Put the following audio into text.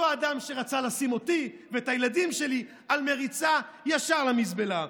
אותו אדם שרצה לשים אותי ואת הילדים שלי על מריצה ישר למזבלה.